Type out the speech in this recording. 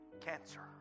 cancer